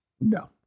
no